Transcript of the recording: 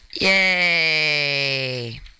Yay